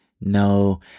No